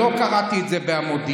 זה לא נכון.